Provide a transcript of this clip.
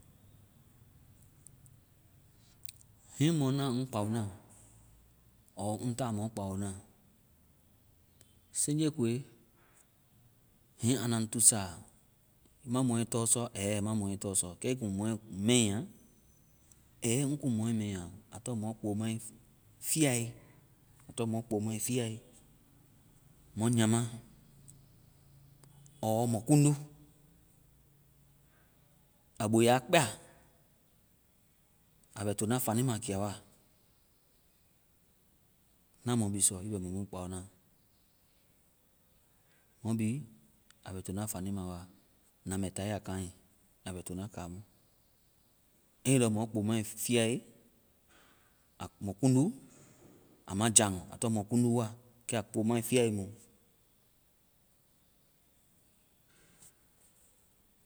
hiŋi mɔ na ŋ kpao na. ɔɔ ŋ taa mɔ kpaona, seŋje koe hiŋi anda ŋ tuusa, ii ma mɔɛ tɔ sɔ? Ɛ, ma mɔɛ tɔ sɔ. Ii kuŋ mɔɛ mɛi yaŋ? Ɛ ŋ kuŋ mɔɛ mɛi yaŋ. Aa tɔŋ mɔ kpomaifiae. Aa tɔŋ mɔ kpomaifiae. Mɔ nyaama. ɔɔ mɔ kundu. A boya kpɛa. A bɛ to na fanima kia wa. Na mɔ bi sɔ. Ii bɛ mɔ mu kpaona. Mɔ bi, aa bɛ to na fanima. Na mɛ ta ii ya kaŋɛ. A bɛ tona kamu. <english-and> ii lɔ mɔ kpomaifiaem, aa bɛ kundu? Aa ma jaŋ. Aa tɔŋ mɔ kundu wa. Kɛ aa kpomaifiae mu.